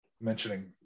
mentioning